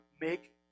make